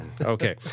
Okay